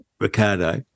Ricardo